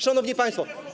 Szanowni Państwo!